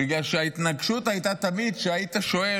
בגלל שההתנגשות הייתה תמיד כשהיית שואל,